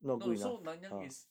no so 南洋 is